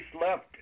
left